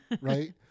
right